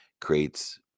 creates